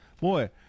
Boy